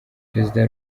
perezida